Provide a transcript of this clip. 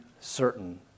certain